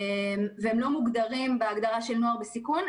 הם לא מוגדרים בהגדרה של נוער בסיכון.